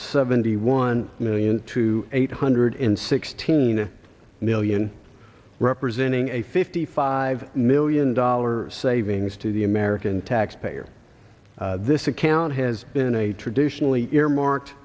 seventy one million to eight hundred and sixteen million representing a fifty five million dollars savings to the american taxpayer this account has been a traditionally earmarked